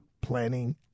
planning